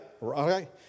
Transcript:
right